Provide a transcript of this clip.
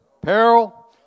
peril